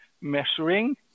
measuring